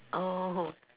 oh